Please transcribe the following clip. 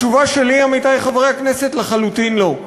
התשובה שלי, עמיתי חברי הכנסת: לחלוטין לא.